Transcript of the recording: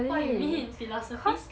what you mean philosophy